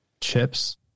chips